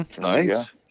Nice